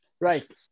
right